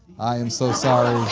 i am so sorry.